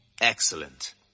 Excellent